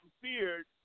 feared